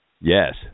Yes